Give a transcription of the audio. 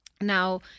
Now